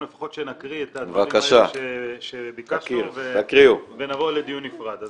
אבל לפחות שנקריא את הדברים האלה שביקשנו ונבוא לדיון נפרד.